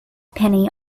penny